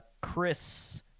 Chris